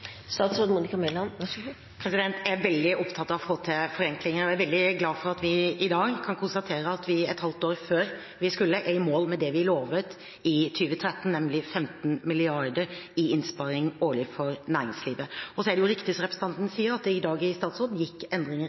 Jeg er veldig opptatt av å få til forenklinger, og jeg er veldig glad for at vi i dag kan konstatere at vi et halvt år før vi skulle, er i mål med det vi lovet i 2013, nemlig 15 mrd. kr i innsparing årlig for næringslivet. Så er det riktig, som representanten sier, at det i dag i statsråd